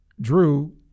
Drew